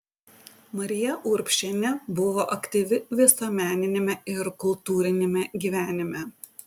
marija urbšienė buvo aktyvi visuomeniniame ir kultūriniame gyvenime